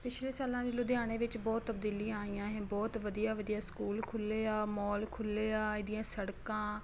ਪਿਛਲੇ ਸਾਲਾਂ ਵਿੱਚ ਲੁਧਿਆਣੇ ਵਿੱਚ ਬਹੁਤ ਤਬਦੀਲੀਆਂ ਆਈਆਂ ਇਹ ਬਹੁਤ ਵਧੀਆ ਵਧੀਆ ਸਕੂਲ ਖੁੱਲ੍ਹੇ ਆ ਮੋਲ ਖੁੱਲ੍ਹੇ ਆ ਇਹਦੀਆਂ ਸੜਕਾਂ